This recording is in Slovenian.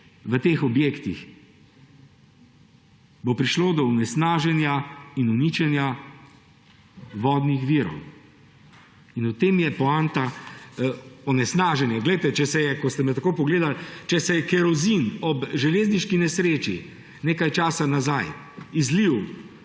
v teh objektih, bo prišlo do onesnaženja in uničenja vodnih virov. In v tem je poanta − onesnaženje. Glejte, ko ste me tako pogledali, če se je kerozin ob železniški nesreči nekaj časa nazaj izlil